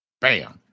bam